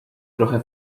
trochę